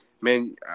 man